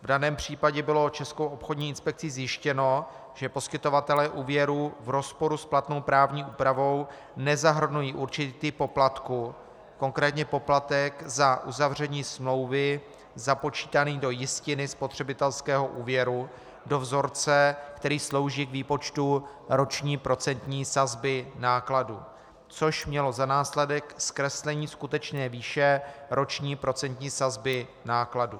V daném případě bylo Českou obchodní inspekcí zjištěno, že poskytovatelé úvěrů v rozporu s platnou právní úpravou nezahrnují určitý typ poplatků, konkrétně poplatek za uzavření smlouvy, započítaný do jistiny spotřebitelského úvěru, do vzorce, který slouží k výpočtu roční procentní sazby nákladů, což mělo za následek zkreslení skutečné výše roční procentní sazby nákladů.